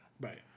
Right